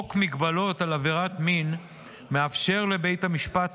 חוק מגבלות על עבריין מין מאפשר לבית המשפט